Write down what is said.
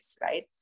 right